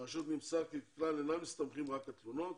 מהרשות נמסר כי אינם מסתמכים רק על תלונות